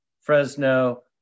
Fresno